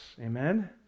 amen